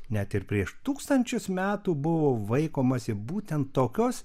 net ir prieš tūkstančius metų buvo vaikomasi būtent tokios